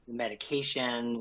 medications